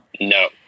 No